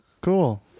cool